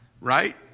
right